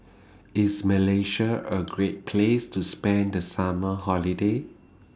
IS Malaysia A Great Place to spend The Summer Holiday